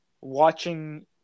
watching